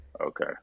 Okay